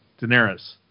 Daenerys